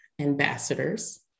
ambassadors